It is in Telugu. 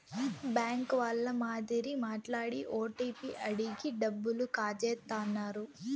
బ్యాంక్ వాళ్ళ మాదిరి మాట్లాడి ఓటీపీ అడిగి డబ్బులు కాజేత్తన్నారు